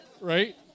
right